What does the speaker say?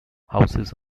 houses